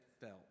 felt